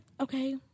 okay